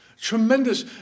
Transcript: Tremendous